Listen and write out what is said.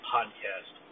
Podcast